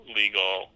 legal